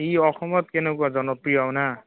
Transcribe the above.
ই অসমত কেনেকুৱা জনপ্ৰিয় না